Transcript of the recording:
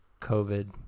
COVID